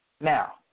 Now